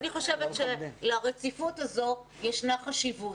אני חושבת שלרציפות הזו ישנה חשיבות.